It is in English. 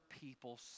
people